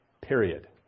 period